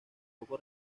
poco